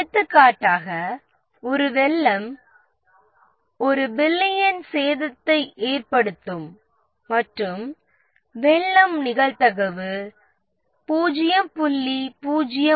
எடுத்துக்காட்டாக வெள்ளம் 1 பில்லியன் சேதத்தை ஏற்படுத்தும் போது அதன் நிகழ்தகவு 0